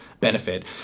benefit